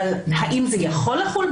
האם זה יכול לחול?